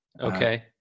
Okay